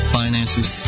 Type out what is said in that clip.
finances